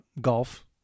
golf